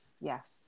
yes